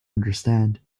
understand